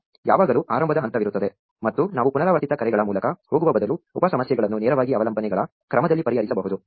ಯಾವಾಗಲೂ ಆರಂಭದ ಹಂತವಿರುತ್ತದೆ ಮತ್ತು ನಾವು ಪುನರಾವರ್ತಿತ ಕರೆಗಳ ಮೂಲಕ ಹೋಗುವ ಬದಲು ಉಪ ಸಮಸ್ಯೆಗಳನ್ನು ನೇರವಾಗಿ ಅವಲಂಬನೆಗಳ ಕ್ರಮದಲ್ಲಿ ಪರಿಹರಿಸಬಹುದು